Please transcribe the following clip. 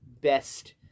best